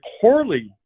poorly